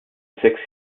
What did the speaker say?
sechs